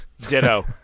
Ditto